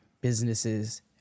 businesses